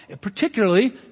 particularly